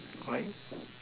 quite